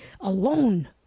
alone